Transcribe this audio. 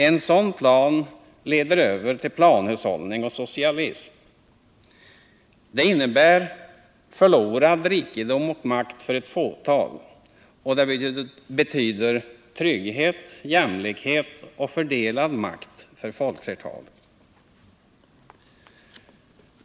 En sådan plan leder över till planhushållning och socialism. Det innebär förlorad rikedom och makt för ett fåtal, och det betyder trygghet, jämlikhet och fördelad makt för folkflertalet.